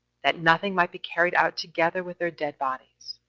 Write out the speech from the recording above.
that nothing might be carried out together with their dead bodies.